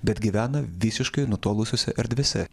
bet gyvena visiškai nutolusiose erdvėse